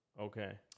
Okay